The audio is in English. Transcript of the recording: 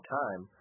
time